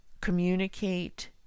communicate